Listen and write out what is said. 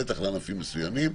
בטח לענפים מסוימים.